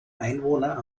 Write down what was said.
einwohner